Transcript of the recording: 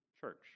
church